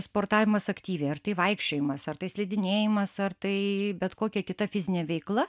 sportavimas aktyviai ar tai vaikščiojimas ar tai slidinėjimas ar tai bet kokia kita fizinė veikla